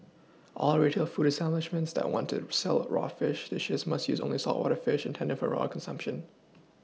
all retail food establishments that want to sell raw fish dishes must use only saltwater fish intended for raw consumption